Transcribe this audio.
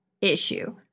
issue